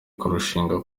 kurushinga